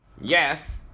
Yes